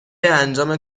انجام